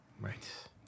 right